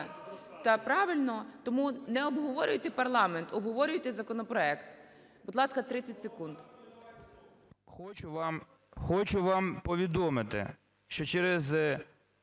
Так, правильно, тому не обговорюйте парламент, обговорюйте законопроект. Будь ласка, 30 секунд.